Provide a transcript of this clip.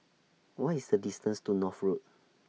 What IS The distance to North Road